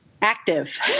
active